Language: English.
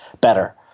better